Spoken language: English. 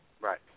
Right